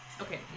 okay